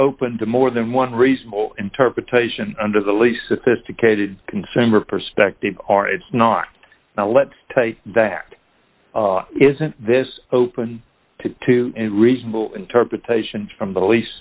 open to more than one reasonable interpretation under the lease sophisticated consumer perspective are it's not now let's take that back isn't this open to any reasonable interpretation from the least